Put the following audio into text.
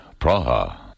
Praha